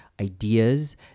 ideas